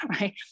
right